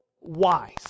wise